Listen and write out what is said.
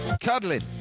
Cuddling